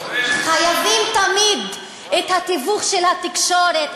חייבים תמיד את התיווך של התקשורת,